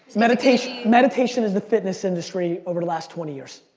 meditation meditation is the fitness industry over the last twenty years.